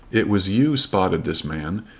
it was you spotted this man,